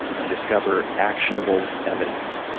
and discover actionable evidence.